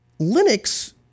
Linux